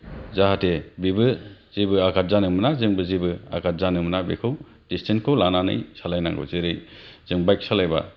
जाहाथे बेबो जेबो आगाद जानो मोना जोंबो जेबो आगाद जानो मोना बेखौ डिस्टेन्सखौ लानानै सालायनांगौ जेरै जों बाइक सालायब्ला